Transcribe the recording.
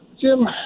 Jim